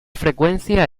frecuencia